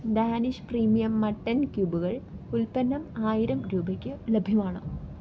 Danish premium mutton ക്യൂബുകൾ ഉൽപ്പന്നം ആയിരം രൂപയ്ക്ക് ലഭ്യമാണോ